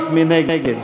מי נגד?